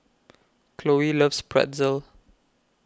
Khloe loves Pretzel